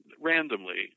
randomly